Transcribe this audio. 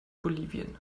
bolivien